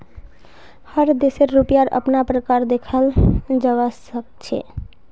हर देशेर रुपयार अपना प्रकार देखाल जवा सक छे